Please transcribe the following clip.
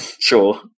sure